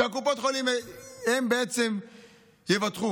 שקופות החולים הן בעצם יבטחו.